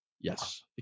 yes